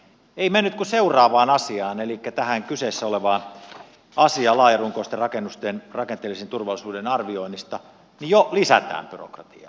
ei mennyt kuin seuraavaan asiaan elikkä tähän kyseessä olevaan asiaan laajarunkoisten rakennusten rakenteellisen turvallisuuden arvioinnista niin jo lisätään byrokratiaa